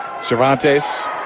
Cervantes